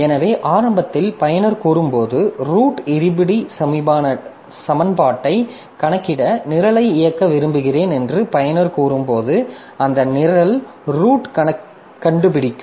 எனவே ஆரம்பத்தில் பயனர் கூறும்போது ரூட் இருபடி சமன்பாட்டைக் கணக்கிட நிரலை இயக்க விரும்புகிறேன் என்று பயனர் கூறும்போது அந்த நிரல் ரூட்க் கண்டுபிடிக்கும்